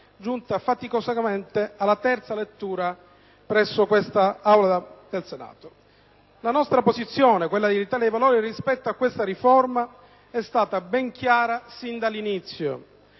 giunta faticosamente alla terza lettura presso quest'Aula del Senato. La posizione del Gruppo Italia dei Valori rispetto a questa riforma è stata ben chiara fin dall'inizio.